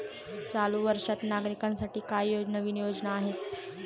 चालू वर्षात नागरिकांसाठी काय नवीन योजना आहेत?